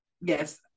Yes